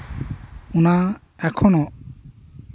ᱚᱱᱟ ᱮᱠᱷᱳᱱᱳ